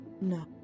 no